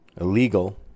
illegal